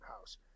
house